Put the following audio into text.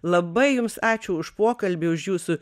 labai jums ačiū už pokalbį už jūsų